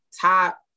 top